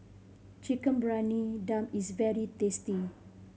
Chicken Briyani Dum is very tasty